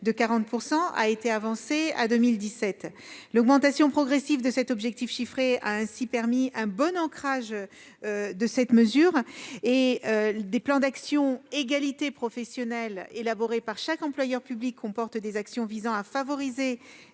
objectif a été avancé à l'année 2017. L'augmentation progressive de cet objectif chiffré a permis un bon ancrage de cette mesure. Les plans d'action relatifs à l'égalité professionnelle élaborés par chaque employeur public comportent des actions visant à favoriser